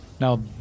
Now